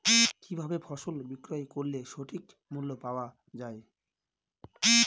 কি ভাবে ফসল বিক্রয় করলে সঠিক মূল্য পাওয়া য়ায়?